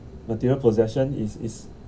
material possession is is